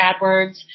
AdWords